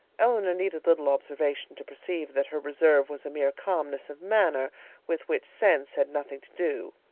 elinor needed little observation to perceive that her reserve was a mere calmness of manner with which sense had nothing to do.